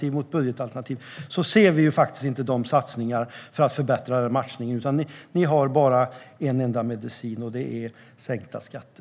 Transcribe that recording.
Ser vi på ert budgetalternativ ser vi inte de satsningarna för att förbättra matchningen. Ni har bara en enda medicin, och det är sänkta skatter.